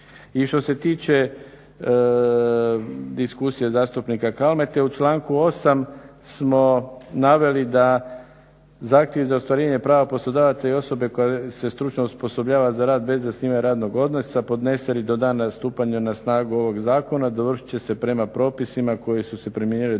I što se tiče diskusije zastupnika Kalmete, u članku 8. smo naveli da zahtjev za ostvarivanje prava poslodavaca i osobe koja se stručno osposobljava za rad bez zasnivanja radnog odnosa podnese li do dana stupanja na snagu ovog zakon, dovršit će se prema propisima koji su se primjenjivali do tog